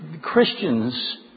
Christians